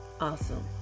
Awesome